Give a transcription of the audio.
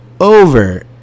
over